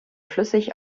flüssig